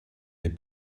des